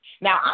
Now